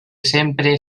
sempre